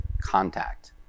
contact